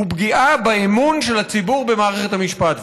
הוא פגיעה באמון של הציבור במערכת המשפט.